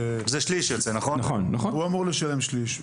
הוא אמור לשלם שליש.